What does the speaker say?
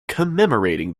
commemorating